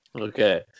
Okay